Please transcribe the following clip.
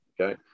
Okay